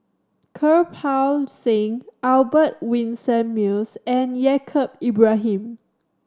Kirpal Singh Albert Winsemius and Yaacob Ibrahim